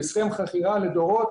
עם הסכם חכירה לדורות,